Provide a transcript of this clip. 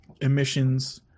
emissions